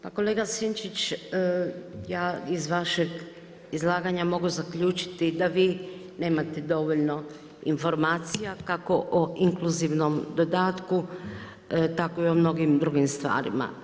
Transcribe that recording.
Pa kolega Sinčić, ja iz vašeg izlaganja mogu zaključiti da vi nemate dovoljno informacija kako o inkluzivnom dodatku, tako i u mnogim drugim stvarima.